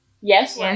Yes